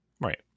Right